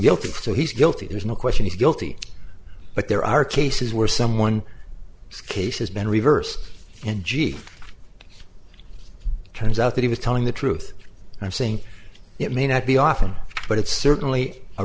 guilty so he's guilty there's no question he's guilty but there are cases where someone case has been reversed and g turns out that he was telling the truth and i'm saying it may not be often but it's certainly a